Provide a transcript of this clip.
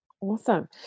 Awesome